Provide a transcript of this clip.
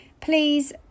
please